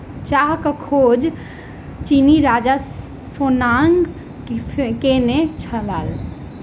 चाहक खोज चीनी राजा शेन्नॉन्ग केने छलाह